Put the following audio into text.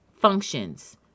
functions